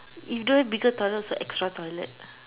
if don't have bigger toilet also extra toilet